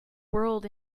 world